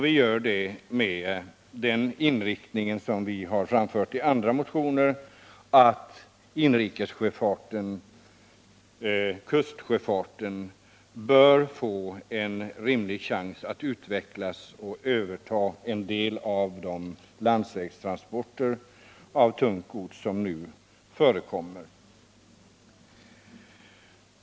Vi har därvid samma inriktning som vi har framfört i andra motioner, nämligen att inrikesoch kustsjöfarten bör få en rimlig chans att utvecklas och överta en del av de transporter av tungt gods som nu utförs på landsväg.